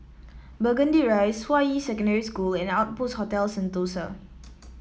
Burgundy Rise Hua Yi Secondary School and Outpost Hotel Sentosa